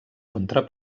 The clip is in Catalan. contra